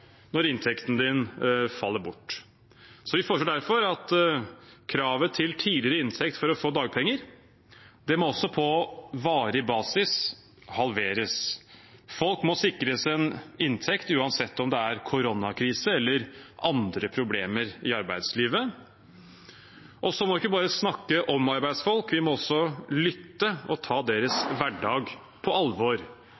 når inntekten faller bort. Vi foreslår derfor at også kravet til tidligere inntekt for å få dagpenger må halveres på varig basis. Folk må sikres en inntekt, uansett om det er koronakrise eller andre problemer i arbeidslivet. Vi må heller ikke bare snakke om arbeidsfolk, vi må også lytte og ta deres